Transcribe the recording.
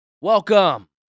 welcome